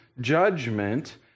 judgment